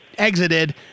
exited